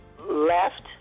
left